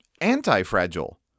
anti-fragile